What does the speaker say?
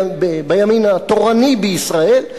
בימין התורני בישראל,